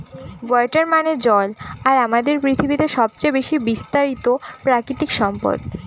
water মানে জল আর আমাদের পৃথিবীতে সবচেয়ে বেশি বিস্তারিত প্রাকৃতিক সম্পদ